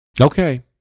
Okay